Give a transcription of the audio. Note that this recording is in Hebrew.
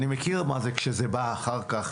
אני מכיר מה זה שכשזה בא אחר כך